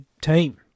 team